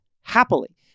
happily